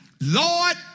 Lord